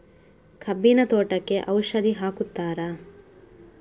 ಕಬ್ಬಿನ ತೋಟಕ್ಕೆ ಔಷಧಿ ಹಾಕುತ್ತಾರಾ?